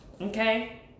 Okay